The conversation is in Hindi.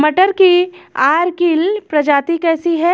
मटर की अर्किल प्रजाति कैसी है?